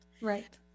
Right